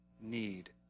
need